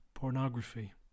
Pornography